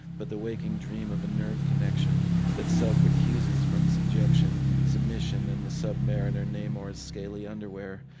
but the waking dream of a nerve connection that self-recuses from subjection, submission, and the sub-mariner namor's scaly underwear.